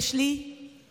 יש לי אחות,